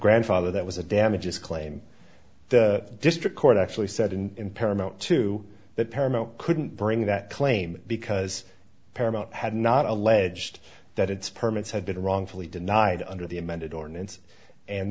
grandfather that was a damages claim the district court actually said in paramount to that paramount couldn't bring that claim because paramount had not alleged that its permits had been wrongfully denied under the amended ordinance and